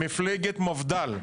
מפלגת המפד"ל,